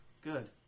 Good